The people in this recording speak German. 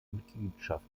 mitgliedschaft